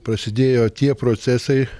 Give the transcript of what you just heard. prasidėjo tie procesai